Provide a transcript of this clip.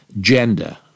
Gender